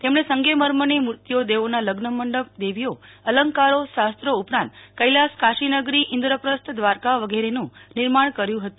તમણે સંગે મરમરની મુર્તિઓ દેવોના લગ્ન મડપ દેવીઓ અલંકારો શાસ્ત્રો ઉપરાંત કેલાશ કાશીનગરી ઈન્દપ્રસ્થ દવારકા વિગરેનું નિર્માણ કર્યું હત